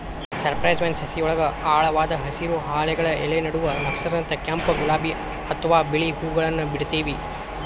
cypress vine ಸಸಿಯೊಳಗ ಆಳವಾದ ಹಸಿರು, ಹಾಲೆಗಳ ಎಲಿ ನಡುವ ನಕ್ಷತ್ರದಂತ ಕೆಂಪ್, ಗುಲಾಬಿ ಅತ್ವಾ ಬಿಳಿ ಹೂವುಗಳನ್ನ ಬಿಡ್ತೇತಿ